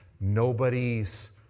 Nobody's